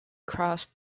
crossed